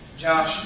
Josh